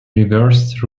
reversed